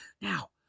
Now